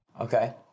Okay